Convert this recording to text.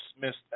dismissed